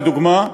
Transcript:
לדוגמה,